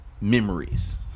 memories